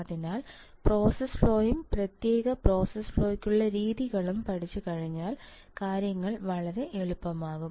അതിനാൽ process flow യും പ്രത്യേക പ്രോസസ് ഫ്ലോ യ്ക്കുള്ള രീതികളും പഠിച്ചുകഴിഞ്ഞാൽ കാര്യങ്ങൾ വളരെ എളുപ്പമാകും